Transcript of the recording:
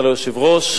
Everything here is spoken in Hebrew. תודה רבה ליושב-ראש.